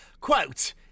Quote